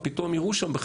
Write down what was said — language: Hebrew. פתאום יראו שם,